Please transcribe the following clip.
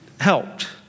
helped